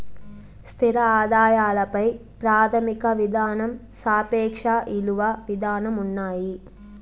స్థిర ఆదాయాల పై ప్రాథమిక విధానం సాపేక్ష ఇలువ విధానం ఉన్నాయి